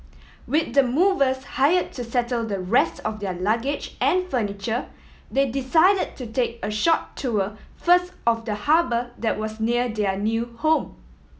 with the movers hire to settle the rest of their luggage and furniture they decided to take a short tour first of the harbour that was near their new home